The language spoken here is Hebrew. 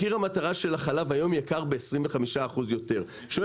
מחיר המטרה של החלב היום יקר ב-25% יותר.